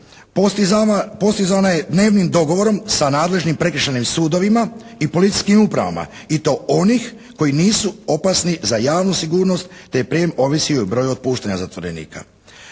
postizana je dnevnim dogovorom sa nadležnim prekršajnim sudovima i policijskim upravama i to onih koji nisu opasni za javnu sigurnost te prijem ovisi i o broju otpuštanja zatvorenika.